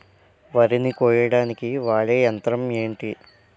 వరి ని కోయడానికి వాడే యంత్రం ఏంటి?